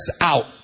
out